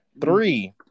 three